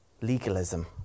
legalism